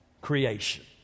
creation